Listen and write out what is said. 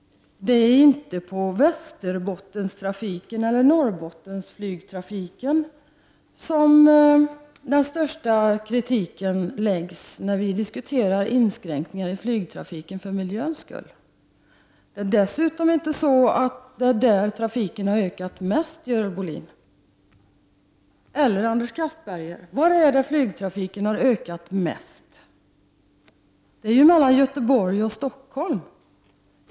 Det är inte mot flygtrafiken på Västerbotten eller Norrbotten som den största kritiken riktas när vi diskuterar inskränkningar i flygtrafiken för miljöns skull. Dessutom är det inte i de områdena som trafiken har ökat mest, Görel Bohlin och Anders Castberger. Var har flygtrafiken ökat mest? Jo, mellan Göteborg och Stockholm.